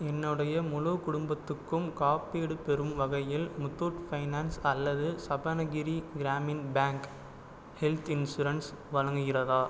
என்னுடைய முழு குடும்பத்துக்கும் காப்பீடு பெறும் வகையில் முத்தூட் ஃபைனான்ஸ் அல்லது Sabanagiri Gramin bank health insurance வழங்குகிறதா